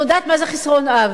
שיודעת מה זה חסרון אב,